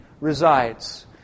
resides